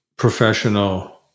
professional